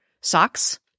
socks